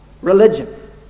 Religion